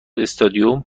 استادیوم